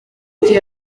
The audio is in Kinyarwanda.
gihe